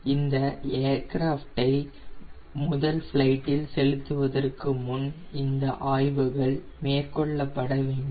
இந்த ஏர்கிராஃப்டை முதல் பிலைடில் செலுத்துவதற்கு முன் இந்த ஆய்வுகள் மேற்கொள்ளப்பட வேண்டும்